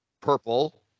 Purple